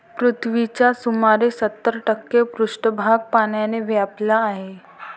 पृथ्वीचा सुमारे सत्तर टक्के पृष्ठभाग पाण्याने व्यापलेला आहे